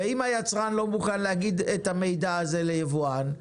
ואם היצרן לא מוכן להגיד את המידע הזה ליבואן,